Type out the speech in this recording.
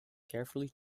carefully